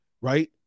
right